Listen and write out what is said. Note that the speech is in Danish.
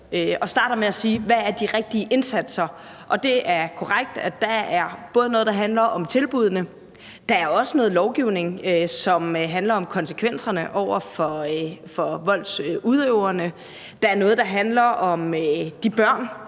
og starter med at sige: Hvad er de rigtige indsatser? Og det er korrekt, at der både er noget, der handler om tilbuddene, og der er også noget lovgivning, som handler om konsekvenserne over for voldsudøverne, og der er noget, der handler om de børn,